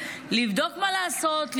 לבדוק מה לעשות,